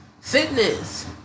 fitness